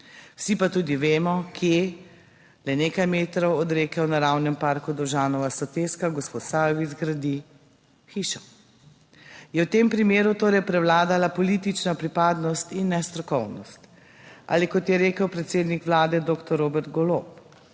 Vsi pa tudi vemo kje, le nekaj metrov od Reke v naravnem parku Dovžanova soteska gospod Sajovic gradi hišo. Je v tem primeru torej prevladala politična pripadnost in nestrokovnost, ali kot je rekel predsednik vlade doktor Robert Golob: